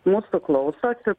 mūsų klausosi